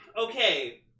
Okay